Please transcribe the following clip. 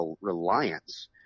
reliance